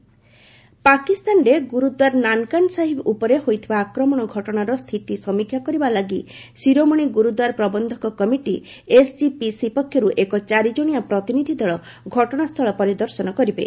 SGPC Nankana Sahib ପାକିସ୍ତାନରେ ଗୁରୁଦ୍ୱାର ନାନକାନ ସାହିବ ଉପରେ ହୋଇଥିବା ଆକ୍ରମଣ ଘଟଣାର ସ୍ଥିତି ସମୀକ୍ଷା କରିବା ଲାଗି ଶିରୋମଣି ଗୁରୁଦ୍ଧାର ପ୍ରବନ୍ଧକ କମିଟି ଏସଜିପିସି ପକ୍ଷରୁ ଏକ ଚାରିଜଣିଆ ପ୍ରତିନିଧି ଦଳ ଘଟଣାସ୍ଥଳ ପରିଦର୍ଶନ କରିବେ